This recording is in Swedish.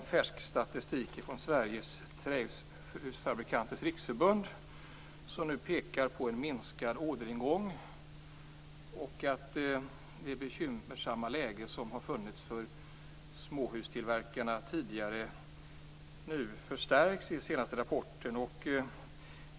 En färsk statistik från Sveriges träfabrikanters riksförbund pekar på en minskad orderingång. Det bekymmersamma läge som tidigare funnits för småhustillverkare försämras nu enligt den senaste rapporten.